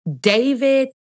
David